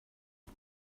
oes